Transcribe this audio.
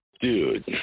Dude